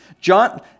John